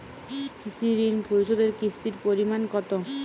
কৃষি ঋণ পরিশোধের কিস্তির পরিমাণ কতো?